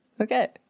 Okay